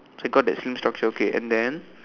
it's like got that same structure okay and then